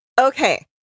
Okay